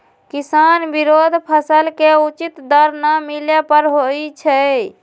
किसान विरोध फसल के उचित दर न मिले पर होई छै